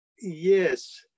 Yes